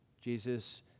Jesus